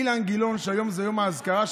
אילן גילאון, שהיום זה יום האזכרה שלו,